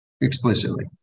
explicitly